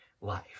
life